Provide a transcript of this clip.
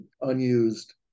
unused